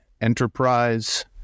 enterprise